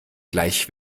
gleich